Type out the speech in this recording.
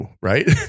Right